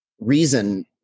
reason